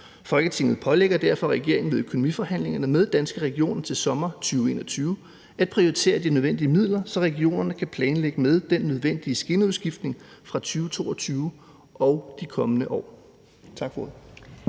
Folketinget pålægger derfor regeringen ved økonomiforhandlingerne med Danske Regioner til sommer 2021 at prioritere de nødvendige midler, så regionerne kan planlægge med den nødvendige skinneudskiftning fra 2022 og de kommende år.«